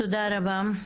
תודה רבה.